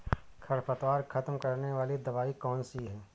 खरपतवार खत्म करने वाली दवाई कौन सी है?